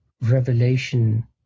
revelation